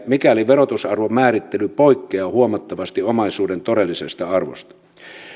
mikäli verotusarvon määrittely poikkeaa huomattavasti omaisuuden todellisesta arvosta